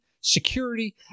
security